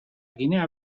ginea